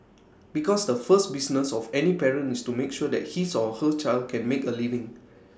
because the first business of any parent is to make sure that his or her child can make A living